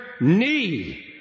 knee